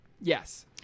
Yes